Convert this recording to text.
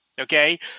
Okay